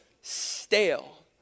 stale